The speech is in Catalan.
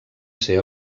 ser